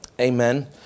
amen